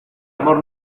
amor